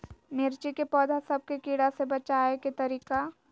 मिर्ची के पौधा सब के कीड़ा से बचाय के तरीका?